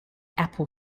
apple